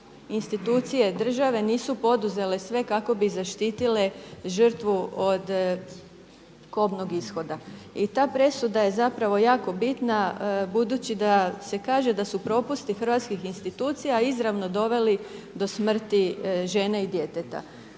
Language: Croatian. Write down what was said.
institucije države da nisu poduzele sve kako bi zaštitile žrtvu od kobnog ishoda. I ta presuda je jako bitna budući da se kaže da su propusti hrvatskih institucija izravno doveli do smrti žene i djeteta.